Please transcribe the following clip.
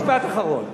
משפט אחרון.